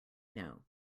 know